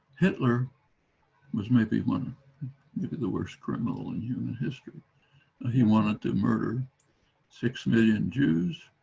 hitler was maybe one maybe the worst criminal in human history he wanted to murder six million jews.